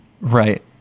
Right